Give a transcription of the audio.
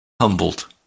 Humbled